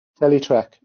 teletrack